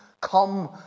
Come